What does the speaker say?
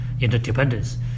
interdependence